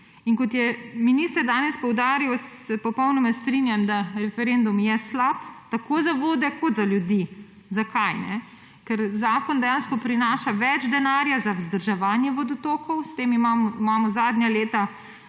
Kot je minister danes poudaril, se popolnoma strinjam, da referendum je slab tako za vode kot za ljudi. Zakaj? Ker zakon prinaša več denarja za vzdrževanje vodotokov, s tem imamo zadnja leta